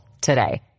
today